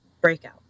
breakout